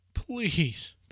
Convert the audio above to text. Please